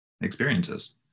experiences